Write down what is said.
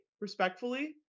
respectfully